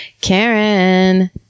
Karen